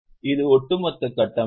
இது ஒட்டுமொத்த கட்டமைப்பு